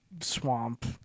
swamp